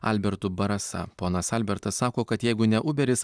albertu barasa ponas albertas sako kad jeigu ne uberis